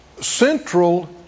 central